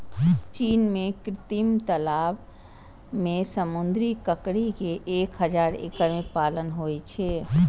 चीन मे कृत्रिम तालाब मे समुद्री ककड़ी के एक हजार एकड़ मे पालन होइ छै